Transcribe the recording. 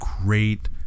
great